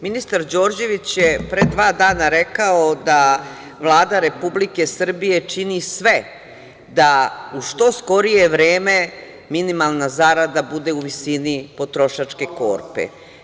Ministar Đorđević je pre dva dana rekao da Vlada Republike Srbije čini sve da u što skorije vreme minimalna zarada bude u visini potrošačke korpe.